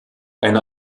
eine